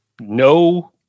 no